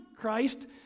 Christ